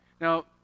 Now